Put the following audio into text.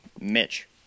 Mitch